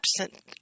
absent